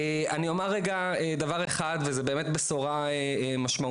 אני אומר רגע דבר אחד וזה באמת בשורה משמעותית,